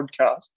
podcast